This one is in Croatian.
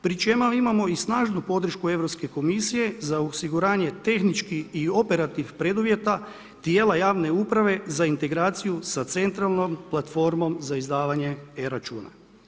Pri čemu imamo i snažnu podršku Europske komisije, za osiguranje tehnički i operativa preduvjeta, tijela javne uprave za integraciju sa centralnom platformom za izdavanje e-računa.